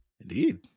Indeed